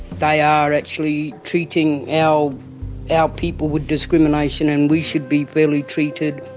they are actually treating our our people with discrimination and we should be fairly treated.